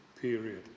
period